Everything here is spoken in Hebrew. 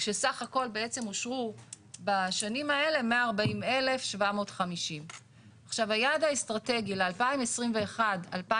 כשסך הכל בעצם אושרו בשנים האלה 140,750. היעד האסטרטגי לשנת 2021-2025,